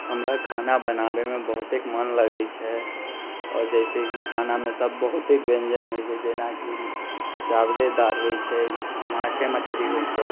हमरा खाना बनाबैमे बहुते मन लगैत छै आओर जइसे कि खानामे सभ बहुते व्यञ्जन होइत छै जेना कि चावले दालि होइत छै माछे मछली होइत छै